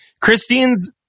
Christine's